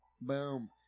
Boom